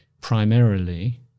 primarily